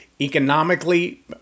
economically